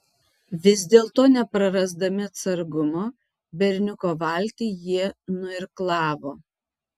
vis dėlto neprarasdami atsargumo berniuko valtį jie nuirklavo